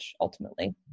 ultimately